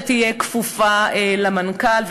שתהיה כפופה למנכ"ל,